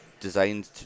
designed